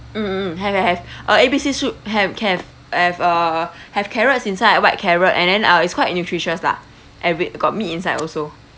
mm mm mm have have have uh A B C soup have can have a have carrots inside white carrot and then uh it's quite nutritious lah and we got meat inside also